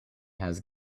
has